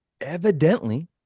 Evidently